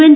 N